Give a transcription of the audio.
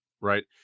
Right